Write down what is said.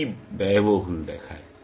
E ব্যয়বহুল দেখায়